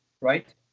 right